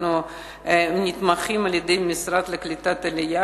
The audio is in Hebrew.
אנחנו תומכים על-ידי המשרד לקליטת העלייה